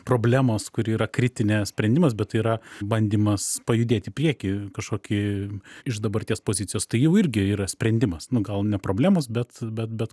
problemos kuri yra kritinė sprendimas bet tai yra bandymas pajudėt į priekį kažkokį iš dabarties pozicijos tai jau irgi yra sprendimas nu gal ne problemos bet bet bet